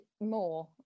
more